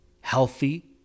healthy